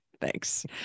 thanks